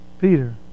Peter